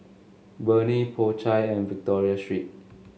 Burnie Po Chai and Victoria Secret